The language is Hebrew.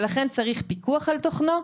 ולכן צריך פיקוח תוכנו,